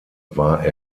war